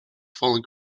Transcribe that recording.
falling